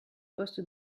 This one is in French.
postes